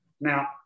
Now